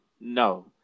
No